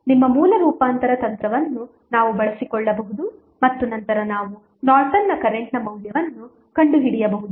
ನಮ್ಮ ಮೂಲ ರೂಪಾಂತರ ತಂತ್ರವನ್ನು ನಾವು ಬಳಸಿಕೊಳ್ಳಬಹುದು ಮತ್ತು ನಂತರ ನಾವು ನಾರ್ಟನ್ನ ಕರೆಂಟ್ನ ಮೌಲ್ಯಗಳನ್ನು ಕಂಡುಹಿಡಿಯಬಹುದು